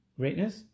greatness